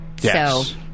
Yes